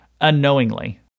unknowingly